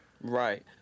Right